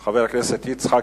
שלישית.